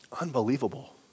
unbelievable